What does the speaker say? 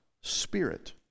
spirit